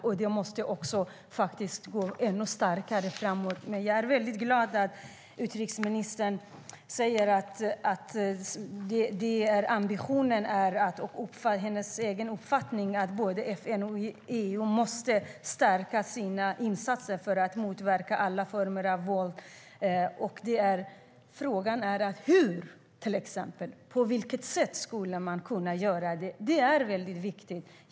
Och den måste vara ännu starkare framöver. Jag är glad över att utrikesministern säger att ambitionen och hennes egen uppfattning är att både FN och EU måste stärka sina insatser för att motverka alla former av våld. Frågan är hur. På vilket sätt skulle man kunna göra det? Det är viktigt.